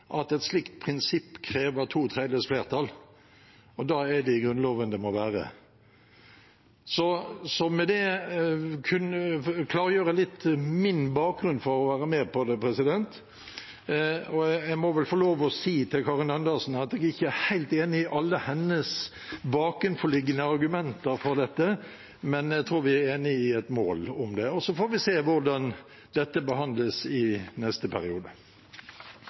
at et slikt prinsipp krever to tredjedels flertall. Da er det i Grunnloven det må være. Jeg ville med dette klargjøre litt min bakgrunn for å være med på det. Jeg må vel få lov til å si til representanten Karin Andersen at jeg ikke er helt enig i alle hennes bakenforliggende argumenter for dette, men jeg tror vi er enige om et mål. Så får vi se hvordan dette behandles i neste periode.